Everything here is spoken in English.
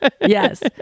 Yes